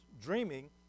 dreaming